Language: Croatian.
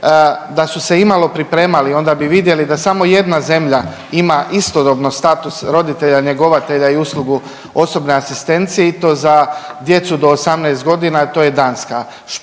Da su se imalo pripremali onda bi vidjeli da samo jedna zemlja ima istodobno status roditelja njegovatelja i uslugu osobne asistencije i to za djecu do 18 godina to je Danska.